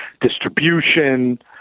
distribution